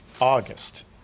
August